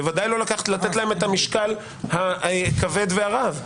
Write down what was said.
בוודאי לא לתת להן את המשקל הכבד והרב.